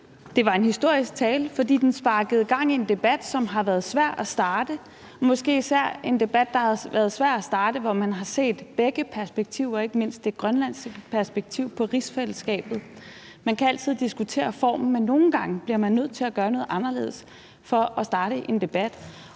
Det var en historisk tale, fordi den sparkede gang i en debat, som har været svær at starte, og det har måske især været svært at starte en debat, hvor man har set begge perspektiver, ikke mindst det grønlandske perspektiv, på rigsfællesskabet. Man kan altid diskutere formen, men nogle gange bliver man nødt til at gøre noget anderledes for at starte en debat,